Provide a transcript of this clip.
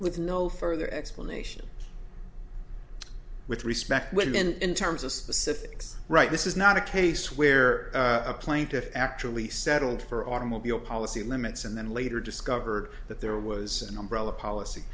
further explanation with respect women and in terms of specifics right this is not a case where a plaintiff actually settled for automobile policy limits and then later discovered that there was an umbrella policy